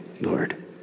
Lord